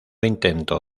intento